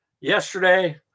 Yesterday